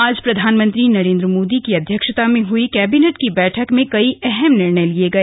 आज प्रधानमंत्री नरेंद्र मोदी की अध्यक्षता में हई कैबिनेट की बैठक में कई अहम निर्णय लिये गए